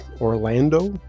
Orlando